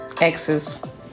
exes